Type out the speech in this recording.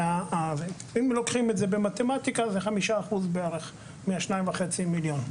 אם לוקחים את זה במתמטיקה זה 5% בערך מה-2.5 מיליון.